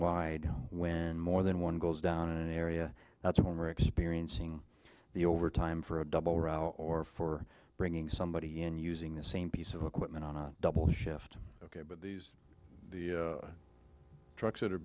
wide when more than one goes down in an area that's when we're experiencing the overtime for a double row or for bringing somebody in using the same piece of equipment on a double shift ok but these are the trucks that are